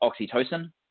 oxytocin